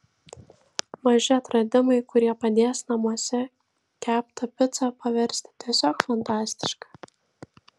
maži atradimai kurie padės namuose keptą picą paversti tiesiog fantastiška